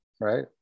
Right